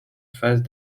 phase